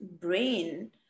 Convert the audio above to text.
brain